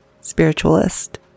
spiritualist